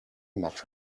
metro